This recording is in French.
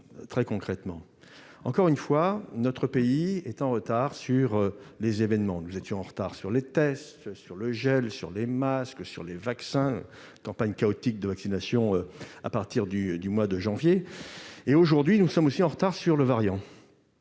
très concrètement ? Encore une fois, notre pays est en retard sur les événements. Nous étions en retard sur les tests, sur le gel, sur les masques, sur les vaccins. La campagne de vaccination, à partir du mois de janvier, a été chaotique. Aujourd'hui nous sommes également en retard sur le variant